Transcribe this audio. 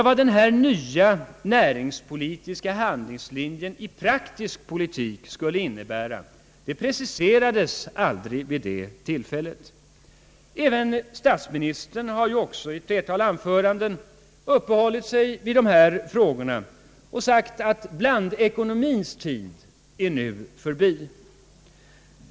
Vad denna nya näringspolitiska handlingslinje i praktisk politik skulle innebära preciserades aldrig vid det tillfället. Även statsministern har i ett flertal anföranden uppehållit sig vid dessa frågor och antytt att blandekonomiens tid nu är förbi.